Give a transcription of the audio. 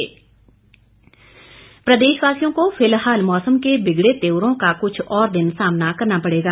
मौसम प्रदेशवासियों को फिलहाल मौसम के बिगड़े तेवरों का कुछ और दिन सामना करना पड़ेगा